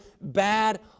bad